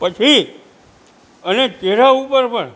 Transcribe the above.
પછી અને તેના ઉપર પણ